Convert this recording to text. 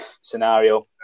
scenario